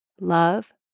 Love